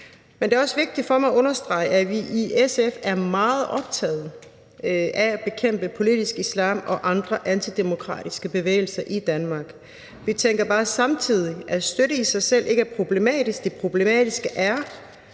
Men det er også vigtigt for mig at understrege, at vi i SF er meget optagede af at bekæmpe politisk islam og andre antidemokratiske bevægelser i Danmark. Vi tænker bare samtidig, at støtte i sig selv ikke er problematisk. Det problematiske er,